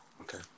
okay